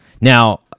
Now